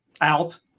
out